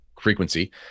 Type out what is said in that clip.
frequency